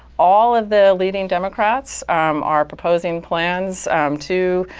all of the leading democrats are proposing plans to